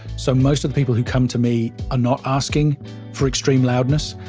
so, most of the people who come to me are not asking for extreme loudness,